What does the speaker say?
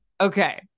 Okay